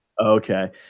Okay